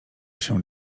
się